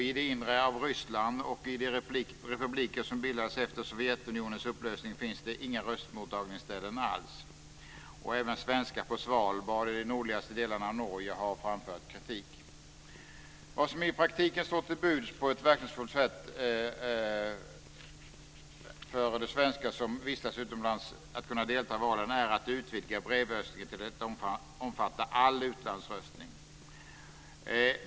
I det inre av Ryssland och i de republiker som bildades efter Sovjetunionens upplösning finns inga röstmottagningsställen alls. Även svenskar på Svalbard och i de nordligaste delarna av Norge har framfört kritik. Vad som i praktiken står till buds för att på ett verkningsfullt sätt underlätta för de svenskar som vistas utomlands att kunna delta i valen är att utvidga brevröstningen till att omfatta all utlandsröstning.